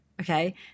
Okay